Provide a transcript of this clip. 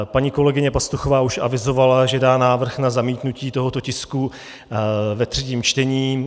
Paní kolegyně Pastuchová už avizovala, že dá návrh na zamítnutí tohoto tisku ve třetím čtení.